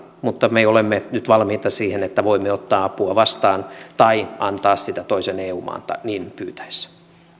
mutta me olemme nyt valmiita siihen että voimme ottaa apua vastaan tai antaa sitä toisen eu maan niin pyytäessä